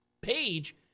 page